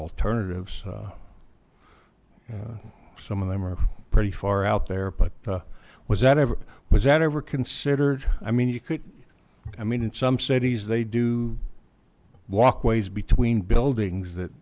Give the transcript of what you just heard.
alternatives some of them are pretty far out there but was that ever was that ever considered i mean you could i mean in some cities they do walkways between buildings that